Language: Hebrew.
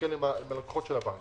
להקל עם הלקוחות של הבנקים,